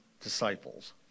disciples